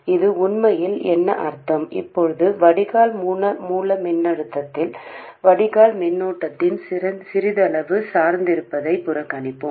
இது உண்மையில் என்ன அர்த்தம் இப்போது வடிகால் மூல மின்னழுத்தத்தில் வடிகால் மின்னோட்டத்தின் சிறிதளவு சார்ந்திருப்பதை புறக்கணிப்போம்